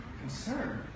concern